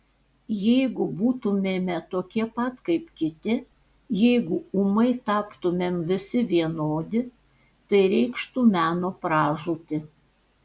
jeigu būtumėme tokie pat kaip kiti jeigu ūmai taptumėm visi vienodi tai reikštų meno pražūtį